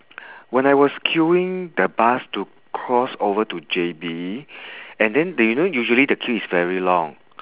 when I was queuing the bus to cross over to J_B and then they you know usually the queue is very long